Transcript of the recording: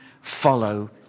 follow